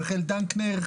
רחל דנקנר,